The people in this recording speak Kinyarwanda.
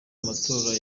amatora